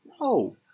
No